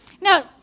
Now